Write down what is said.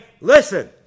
listen